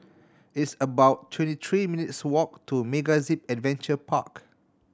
it's about twenty three minutes' walk to MegaZip Adventure Park